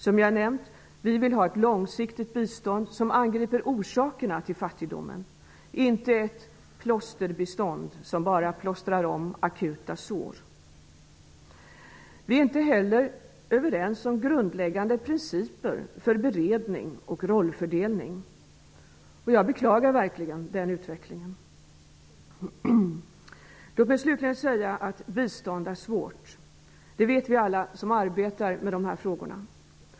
Som jag har nämnt vill vi ha ett långsiktigt bistånd som angriper orsakerna till fattigdomen och inte ett plåsterbistånd som bara plåstrar om akuta sår. Vi är inte heller överens om grundläggande principer för beredning och rollfördelning. Jag beklagar verkligen den utvecklingen. Låt mig slutligen säga att bistånd är svårt. Det vet vi alla som arbetar med de här frågorna.